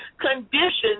conditions